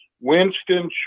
Winston